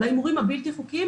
בהימורים הבלתי חוקיים,